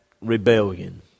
rebellion